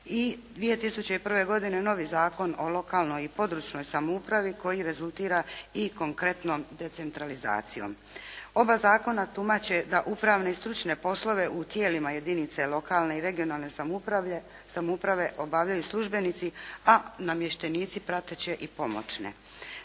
2001. godine novi Zakon o lokalnoj i područnoj samoupravi koji rezultira i konkretnom decentralizacijom. Oba zakona tumače da upravne i stručne poslove u tijelima jedinice lokalne i regionalne samouprave obavljaju službenici a namještenici prateće i pomoćne.